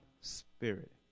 spirit